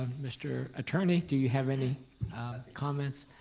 mr. attorney, do you have any comments?